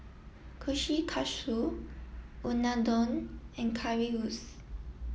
Kushikatsu Unadon and Currywurst